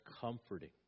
comforting